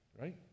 right